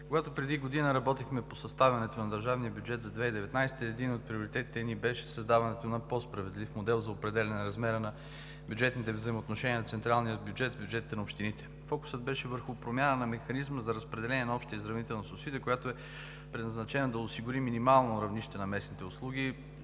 Когато преди година работихме по съставянето на държавния бюджет за 2019 г., един от приоритетите ни беше създаването на по-справедлив модел за определяне размера на бюджетните взаимоотношение на централния бюджет с бюджетите на общините. Фокусът беше върху промяна на механизма за разпределение на общата изравнителна субсидия, която е предназначена да осигури минимално равнище на местните услуги,